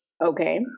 Okay